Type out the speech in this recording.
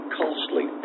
costly